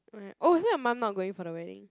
oh is it your mum not going for the wedding